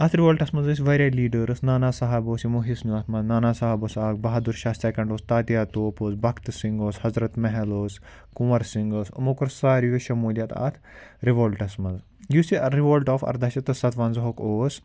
اَتھ رِوولٹَس منٛز ٲس واریاہ لیٖڈٲرٕس نانا صاحب اوس یِمو حِصہٕ نیوٗ اَتھ منٛز نانا صاحب اوس اَکھ بہادُر شاہ سٮ۪کٮ۪نٛڈ اوس تاتیا توپ اوس بخت سِنٛگھ اوس حضرت محل اوس کُنوّر سِنٛگھ اوس یِمو کوٚر ساروِیو شموٗلیت اَتھ رِوولٹَس منٛز یُس یہِ رِوولٹ آف اَرداہ شَتھ تہٕ سَتوَنٛزاہُک اوس